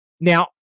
Now